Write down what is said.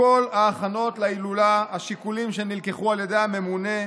בכל ההכנות להילולה השיקולים שנלקחו על ידי הממונה,